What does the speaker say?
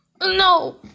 No